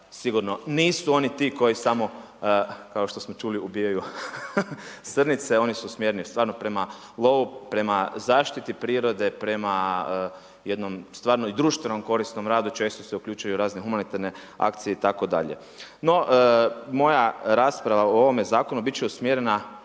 sigurno nisu oni ti koji samo kao što smo čuli ubijaju srnice. Oni su usmjereni stvarno prema lovu, prema zaštiti prirode, prema jednom stvarno i društveno korisnom radu. Često se uključuju u razne humanitarne akcije itd. No, moja rasprava o ovome Zakonu bit će usmjerena